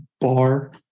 bar